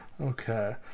Okay